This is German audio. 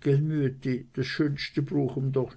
gäll müetti ds schönste bruch ig ihm doch